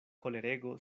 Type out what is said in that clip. kolerego